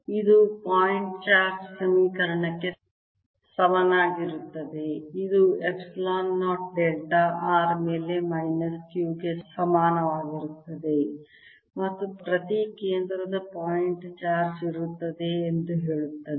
ಇದು point charge ಸಮೀಕರಣಕ್ಕೆ ಸಮನಾಗಿರುತ್ತದೆ ಇದು ಎಪ್ಸಿಲಾನ್ 0 ಡೆಲ್ಟಾ r ಮೇಲೆ ಮೈನಸ್ Q ಗೆ ಸಮಾನವಾಗಿರುತ್ತದೆ ಮತ್ತು ಪ್ರತಿ ಕೇಂದ್ರದ ಪಾಯಿಂಟ್ ಚಾರ್ಜ್ ಇರುತ್ತದೆ ಎಂದು ಹೇಳುತ್ತದೆ